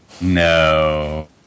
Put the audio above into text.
No